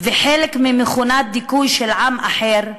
וחלק ממכונת דיכוי של עם אחר,